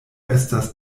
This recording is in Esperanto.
estas